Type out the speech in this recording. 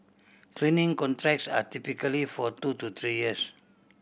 cleaning contracts are typically for two to three years